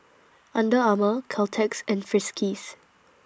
Under Armour Caltex and Friskies